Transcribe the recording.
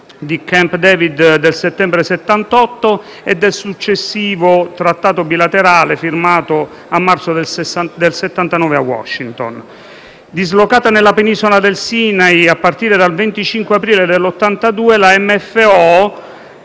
di Camp David, del settembre 1978, e dal successivo Trattato bilaterale, firmato a marzo del 1979, a Washington. Dislocata nella penisola del Sinai a partire dal 25 aprile del 1982, la MFO